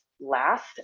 last